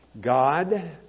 God